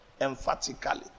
emphatically